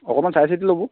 অকণমান চাই চিতি ল'ব